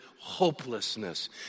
hopelessness